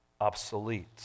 obsolete